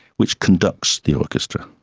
which conducts the orchestra.